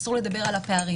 אסור לדבר על הפערים.